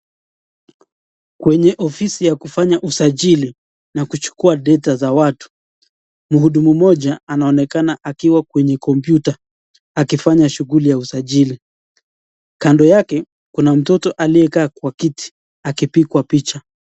kwenye ofisi ya kufanya usajili na kuchukua data za watu, mhudumu moja anaonekana akiwa kwenye computer akifanya shughuli ya usajili, kando yake kuna mtoto aliyekaa kwa kiti akipigwa picha.